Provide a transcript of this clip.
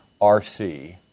RC